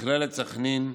מכללת סח'נין,